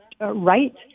right